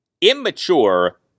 immature